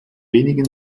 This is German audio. wenigen